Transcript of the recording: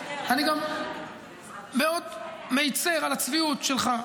אני גם מאוד מצר על הצביעות שלך,